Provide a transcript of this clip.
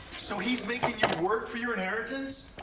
so he's making you work for your inheritance?